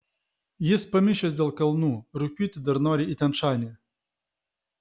jis pamišęs dėl kalnų rugpjūtį dar nori į tian šanį